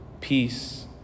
peace